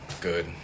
Good